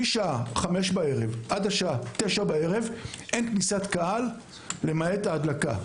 משעה 17:00 ועד 21:00 אין כניסת קהל למעט ההדלקה.